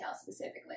specifically